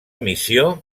missió